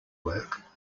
work